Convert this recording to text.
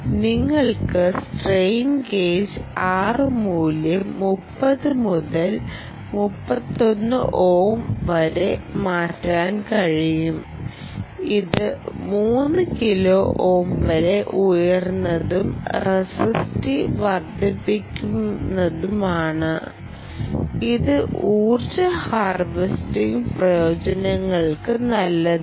നിങ്ങൾക്ക് strain gauge R മൂല്യം 30 ohm മുതൽ 3 1 ohm വരെ മാറ്റാൻ കഴിയും ഇത് 3 Kohm വരെ ഉയർന്നതും റസിസ്റ്റൻസ് വർദ്ധിപ്പിക്കുന്നതുമാണ് ഇത് ഊർജ്ജ ഹാർവെസ്റ്റിംഗ് പ്രയോഗങ്ങൾക്ക് നല്ലതാണ്